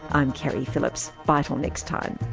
i'm keri phillips. bye till next time